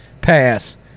pass